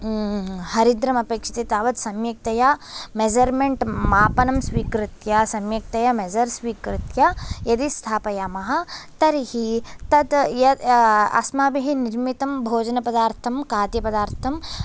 हरिद्रम् अपेक्षते तावद् सम्यक्तया मेज़रमेण्ट् मापनं स्वीकृत्य सम्यक्तया मेज़र् स्वीकृत्य यदि स्थापयामः तर्हि तद् यत् अस्माभिः निर्मितं भोजनपदार्थं खाद्यपदार्थं